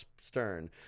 Stern